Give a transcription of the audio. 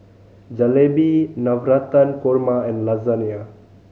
Jalebi Navratan Korma and Lasagne